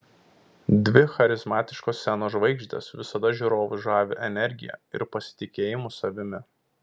dvi charizmatiškos scenos žvaigždės visada žiūrovus žavi energija ir pasitikėjimu savimi